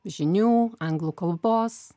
žinių anglų kalbos